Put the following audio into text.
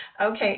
Okay